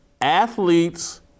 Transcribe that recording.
Athletes